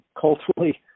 culturally